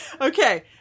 Okay